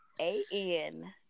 A-N